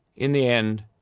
in the end,